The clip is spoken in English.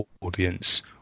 audience